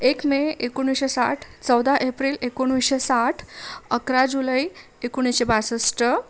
एक मे एकोणीसशे साठ चौदा एप्रिल एकोणीसशे साठ अकरा जुलै एकोणीसशे बासष्ट